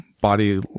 body